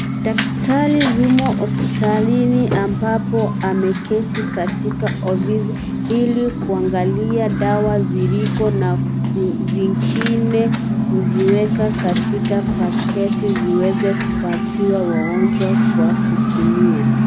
Daktari yumo hospitalini ambapo ameketi katika ofisi ili kuangalia dawa ziliko na zingine kuziweka katika paketi ziweze kupatiwa wagonjwa kwa kutumia.